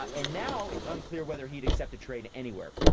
and now it's unclear whether he'd accept a trade anywhere.